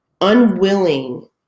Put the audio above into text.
unwilling